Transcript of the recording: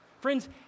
Friends